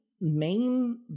main